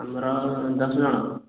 ଆମର ଦଶ ଜଣ